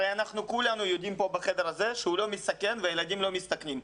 הרי אנחנו כולנו יודעים פה בחדר הזה שהוא לא מסכן והילדים לא מסתכנים.